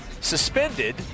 suspended